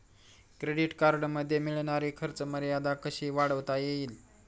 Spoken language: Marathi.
क्रेडिट कार्डमध्ये मिळणारी खर्च मर्यादा कशी वाढवता येईल?